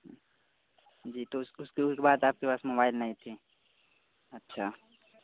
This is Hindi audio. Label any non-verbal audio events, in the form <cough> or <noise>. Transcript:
जी तो उस उसको <unintelligible> आपके पास मोबाईल नहीं थी अच्छा